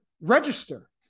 register